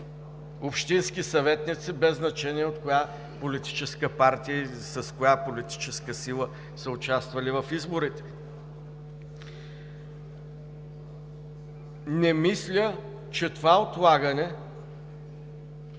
общински съветници, без значение от коя политическа партия и с коя политическа сила са участвали в изборите. Не мисля, че това отлагане